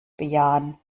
bejahen